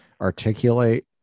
articulate